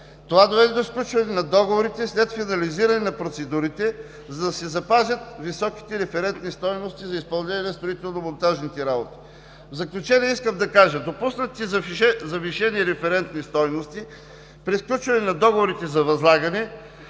Това доведе до сключване на договорите след финализиране на процедурите, за да се запазят високите референтни стойности за изпълнението на строително-монтажните работи. В заключение искам да кажа: допуснатите завишени референтни стойности при сключване на договорите за възлагане